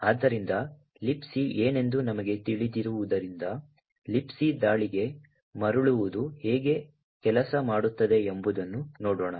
ಆದ್ದರಿಂದ Libc ಏನೆಂದು ನಮಗೆ ತಿಳಿದಿರುವುದರಿಂದ Libc ದಾಳಿಗೆ ಮರಳುವುದು ಹೇಗೆ ಕೆಲಸ ಮಾಡುತ್ತದೆ ಎಂಬುದನ್ನು ನೋಡೋಣ